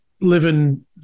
living